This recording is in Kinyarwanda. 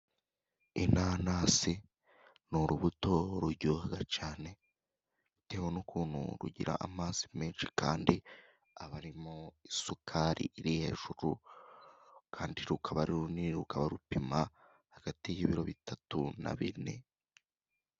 Inanasi ni urubuto ruryoha cyane, bitewe n'ukuntu rugira amazi menshi kandi aba arimo isukari iri hejuru, kandi rukaba ari runini, rukaba rupima hagati y'ibiro bitatu na bine.